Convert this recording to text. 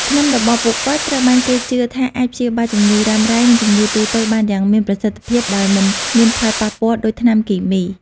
ថ្នាំរបស់ពួកគាត់ត្រូវបានគេជឿថាអាចព្យាបាលជំងឺរ៉ាំរ៉ៃនិងជំងឺទូទៅបានយ៉ាងមានប្រសិទ្ធភាព ដោយមិនមានផលប៉ះពាល់ដូចថ្នាំគីមី។